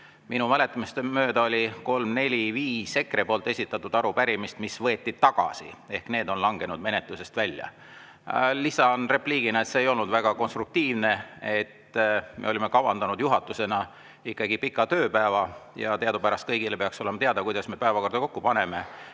Minu mäletamist mööda võeti tagasi kolm-neli-viis EKRE esitatud arupärimist, ehk need on langenud menetlusest välja. Lisan repliigina, et see ei olnud väga konstruktiivne. Me olime kavandanud juhatusena ikkagi pika tööpäeva. Ja teadupärast kõigile peaks olema teada, kuidas me päevakorda kokku paneme.